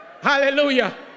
Hallelujah